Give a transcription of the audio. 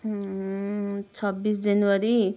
छब्बिस जनवरी